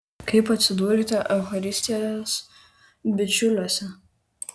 kaip atsidūrėte eucharistijos bičiuliuose